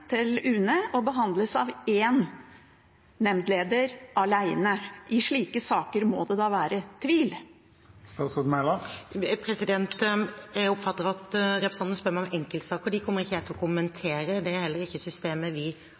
til UNE og behandles av én nemndleder alene? I slike saker må det da være tvil? Jeg oppfatter at representanten spør meg om enkeltsaker. De kommer jeg ikke til å kommentere, det er heller ikke det systemet vi